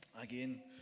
again